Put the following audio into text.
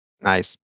Nice